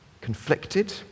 conflicted